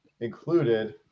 included